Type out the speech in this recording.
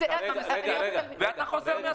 אז אתה מסכם, ואתה חוזר מההסכמות.